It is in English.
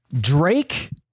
Drake